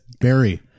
Barry